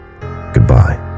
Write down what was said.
Goodbye